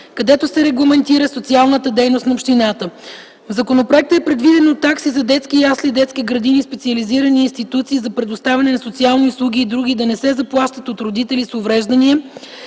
където се регламентира социалната дейност на общината. В законопроекта е предвидено такси за детски ясли, детски градини, специализирани институции за предоставяне на социални услуги и други да не се заплащат от родители с увреждания,